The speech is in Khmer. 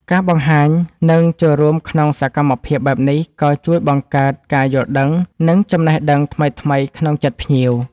ការបង្ហាញ និងចូលរួមក្នុងសកម្មភាពបែបនេះក៏ជួយបង្កើតការយល់ដឹង និងចំណេះដឹងថ្មីៗក្នុងចិត្តភ្ញៀវ